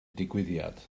digwyddiad